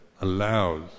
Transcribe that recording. allows